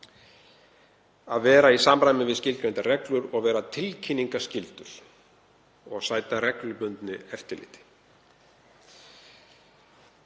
að vera í samræmi við skilgreindar reglur, vera tilkynningarskyldur og sæta reglubundnu eftirliti.